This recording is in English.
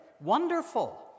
wonderful